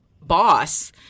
boss